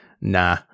nah